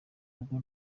rugo